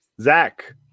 Zach